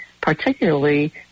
particularly